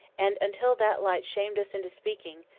and until that light shamed us into speaking,